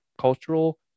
cultural